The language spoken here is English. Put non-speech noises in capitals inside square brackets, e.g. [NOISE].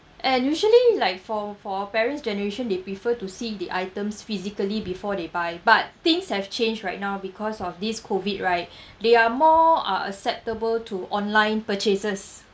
and usually like for for our parent's generation they prefer to see the items physically before they buy but things have changed right now because of this COVID right [BREATH] they are more uh acceptable to online purchases